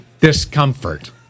discomfort